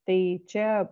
tai čia